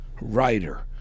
writer